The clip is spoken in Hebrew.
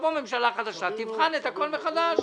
תבוא ממשלה חדשה, תבחן את הכול מחדש.